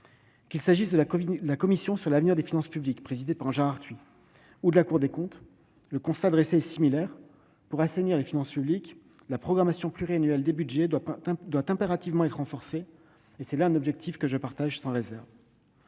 Qu'il s'agisse de la commission sur l'avenir des finances publiques présidée par Jean Arthuis, ou de la Cour des comptes, le constat dressé est similaire : pour assainir les finances publiques, la programmation pluriannuelle des budgets doit impérativement être renforcée, objectif auquel je souscris sans réserve.